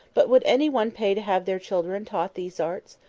but would any one pay to have their children taught these arts?